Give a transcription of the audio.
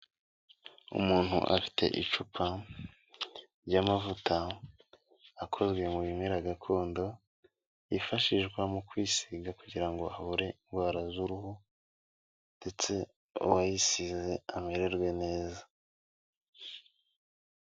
Umuntu afite icupa ry'amavuta akozwe mu bimera gakondo, yifashishwa mu kwisiga kugira ngo avure indwara z'uruhu ndetse uwayisize amererwe neza.